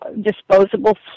disposable